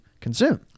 consume